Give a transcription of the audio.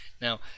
Now